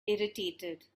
irritated